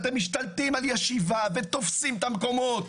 אתם משתלטים על ישיבה ותופסים את המקומות.